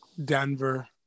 Denver